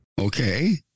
Okay